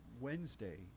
Wednesday